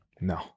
No